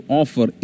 offer